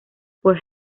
por